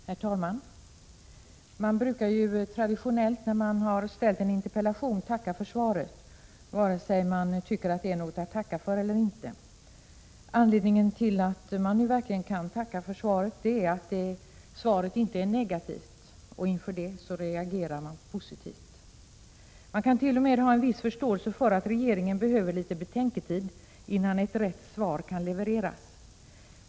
Herr talman! När man fått svar på en interpellation tackar man traditionellt för svaret, vare sig man tycker att det är något att tacka för eller inte. Anledningen till att man nu verkligen kan tacka för svaret är att det inte är negativt, och inför det reagerar man positivt. Man kan t.o.m. ha en viss förståelse för att regeringen behöver litet betänketid innan ett rätt svar kan levereras.